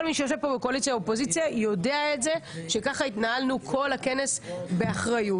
כל מי שיושב פה בקואליציה/אופוזיציה יודע שככה התנהלנו כל הכנס באחריות,